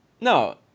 no